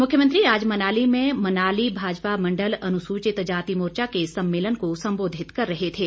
मुख्यमंत्री आज मनाली में मनाली भाजपा मंडल अनुसूचित जाति मोर्चा के सम्मेलन को संबोधित कर रहे थे